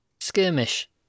Skirmish